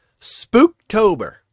Spooktober